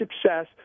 success